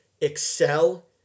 excel